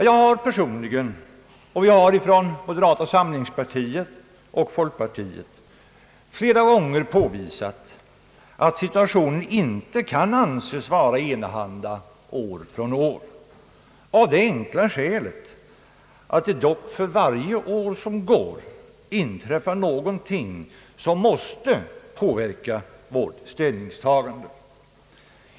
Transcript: Jag har personligen — liksom vi har gjort från moderata samlingspartiet och folkpartiet — flera gånger påvisat att situationen inte kan anses vara enahanda år från år, av det enkla skälet att det dock för varje år som går inträffar någonting som måste påverka vårt ställningstagande.